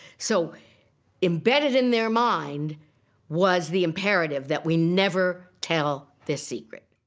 so embedded in their mind was the imperative that we never tell this secret